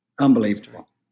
unbelievable